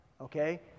Okay